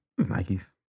Nikes